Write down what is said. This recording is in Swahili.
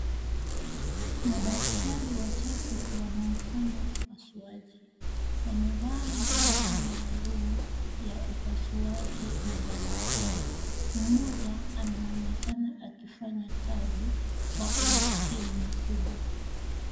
Madaktari watatu wanaufanya upasuaji. Wamevaa mavazi maalum ya upasuaji na barakoa. Mmoja anaonekana akifanya kazi kwa umakini mkubwa.